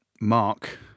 Mark